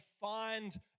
find